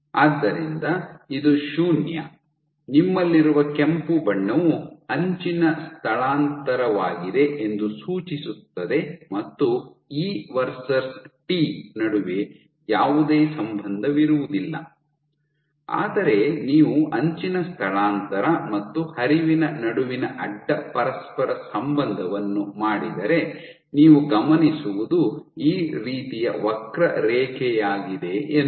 ಆದ್ದರಿಂದ ಇದು ಶೂನ್ಯ ನಿಮ್ಮಲ್ಲಿರುವ ಕೆಂಪು ಬಣ್ಣವು ಅಂಚಿನ ಸ್ಥಳಾಂತರವಾಗಿದೆ ಎಂದು ಸೂಚಿಸುತ್ತದೆ ಮತ್ತು ಇ ವರ್ಸಸ್ ಟಿ ನಡುವೆ ಯಾವುದೇ ಸಂಬಂಧವಿರುವುದಿಲ್ಲ ಆದರೆ ನೀವು ಅಂಚಿನ ಸ್ಥಳಾಂತರ ಮತ್ತು ಹರಿವಿನ ನಡುವಿನ ಅಡ್ಡ ಪರಸ್ಪರ ಸಂಬಂಧವನ್ನು ಮಾಡಿದರೆ ನೀವು ಗಮನಿಸುವದು ಈ ರೀತಿಯ ವಕ್ರರೇಖೆಯಾಗಿದೆ ಎಂದು